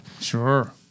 Sure